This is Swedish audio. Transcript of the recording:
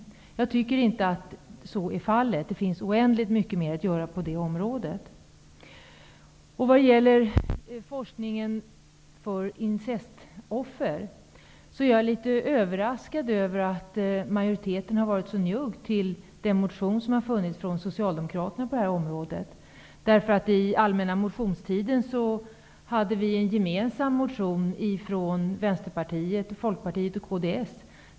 Jag tycker inte att så är fallet. Det finns oändligt mycket mer att göra på dessa områden. När det gäller forskningen om incestoffer är jag litet överraskad över att majoriteten har varit så njugg mot den socialdemokratiska motionen på det här området. Under allmänna motionstiden lade vi från Vänsterpartiet, Folkpartiet och kds fram en gemensam motion.